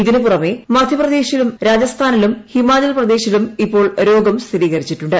ഇതിനുപുറമെ മധ്യപ്രദേശിലും രാജസ്ഥാനിലും ഹിമാചൽ പ്രദേശിലും ഇപ്പോൾ രോഗം സ്ഥിരീകരിച്ചിട്ടുണ്ട്